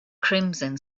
crimson